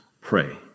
Pray